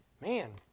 man